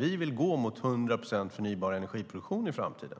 Vi vill gå mot 100 procent förnybar energiproduktion i framtiden